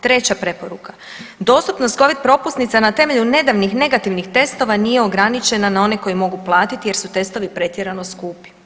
Treća preporuka, dostupnost Covid propusnica na temelju nedavnih negativnih testova nije ograničena na one koji mogu platiti jer su testovi pretjerano skupi.